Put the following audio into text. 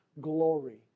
glory